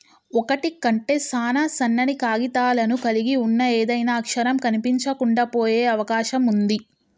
ఒకటి కంటే సాన సన్నని కాగితాలను కలిగి ఉన్న ఏదైనా అక్షరం కనిపించకుండా పోయే అవకాశం ఉంది